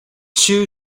two